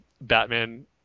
Batman